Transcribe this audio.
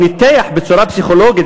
הוא ניתח בצורה פסיכולוגית,